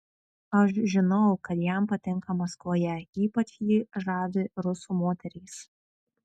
aš žinau kad jam patinka maskvoje ypač jį žavi rusų moterys